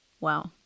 Wow